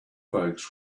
folks